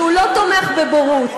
שלא תומך בְּבורות.